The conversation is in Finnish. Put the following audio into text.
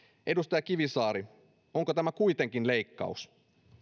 edustaja kivisaari onko tämä kuitenkin leikkaus